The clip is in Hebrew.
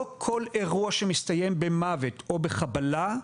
לא כל אירוע שמסתיים במוות או בחבלה,